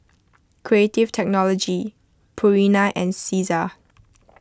Creative Technology Purina and Cesar